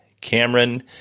Cameron